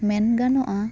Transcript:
ᱢᱮᱱᱜᱟᱱᱚᱜᱼᱟ